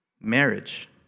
Marriage